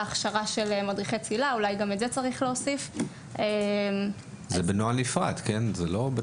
אולי צריך להוסיף גם את זה.